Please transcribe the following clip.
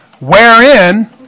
wherein